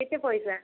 କେତେ ପଇସା